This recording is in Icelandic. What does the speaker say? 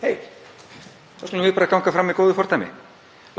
Við skulum bara ganga fram með góðu fordæmi.